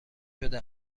شده